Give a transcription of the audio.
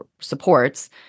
supports